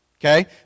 Okay